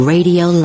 Radio